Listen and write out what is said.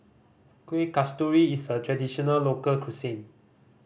Kueh Kasturi is a traditional local cuisine